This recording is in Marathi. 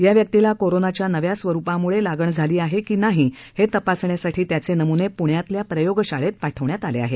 या व्यक्तीला कोरोनाच्या नव्या स्वरुपामुळे लागण झाली आहे का हे तपासण्यासाठी त्याचे नमुने पुण्यातल्या प्रयोगशाळेत पाठवले आहेत